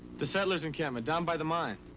the settler's encampment down by the mine.